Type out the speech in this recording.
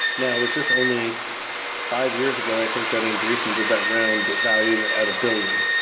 now, it's just only five years ago, i think, that andreessen did that round valued at a billion.